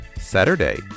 Saturday